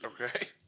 Okay